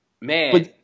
man